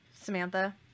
Samantha